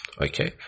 Okay